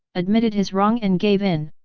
admitted his wrong and gave in.